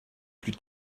plus